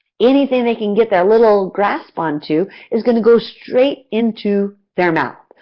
anything they can get their little grasp onto, is going to go straight into their mouth.